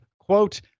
quote